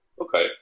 okay